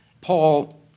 Paul